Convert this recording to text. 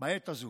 בעת הזו.